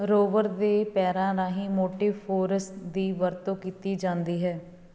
ਰੋਬਰ ਦੇ ਪੈਰਾਂ ਰਾਹੀਂ ਮੋਟਿਵ ਫੋਰਸ ਦੀ ਵਰਤੋਂ ਕੀਤੀ ਜਾਂਦੀ ਹੈ